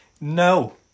No